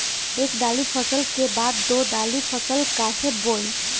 एक दाली फसल के बाद दो डाली फसल काहे बोई?